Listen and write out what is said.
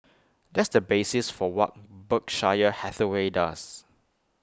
that's the basis for what Berkshire Hathaway does